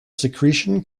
secretion